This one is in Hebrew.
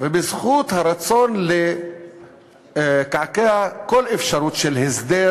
ובזכות הרצון לקעקע כל אפשרות של הסדר